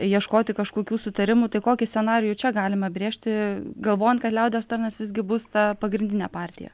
ieškoti kažkokių sutarimų tai kokį scenarijų čia galima brėžti galvojant kad liaudies tarnas visgi bus ta pagrindinė partija